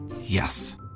Yes